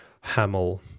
Hamel